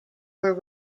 were